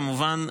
כמובן,